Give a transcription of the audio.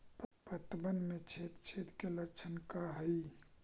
पतबन में छेद छेद के लक्षण का हइ?